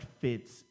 fits